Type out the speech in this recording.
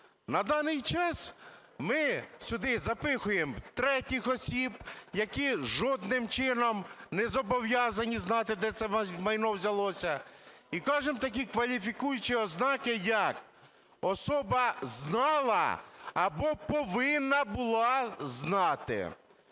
На даний час ми сюди запихуємо третіх осіб, які жодним чином не зобов'язані знати, де це майно взялося. І кажемо, такі кваліфікуючі ознаки, як особа знала або повинна була знати.